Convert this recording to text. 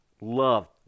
love